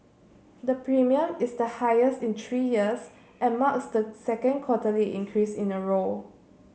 the premium is the highest in three years and marks the second quarterly increase in a row